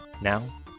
Now